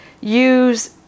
use